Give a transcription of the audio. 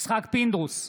יצחק פינדרוס,